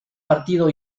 partido